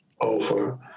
over